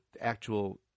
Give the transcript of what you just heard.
actual